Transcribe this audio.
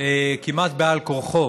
כמעט בעל כורחו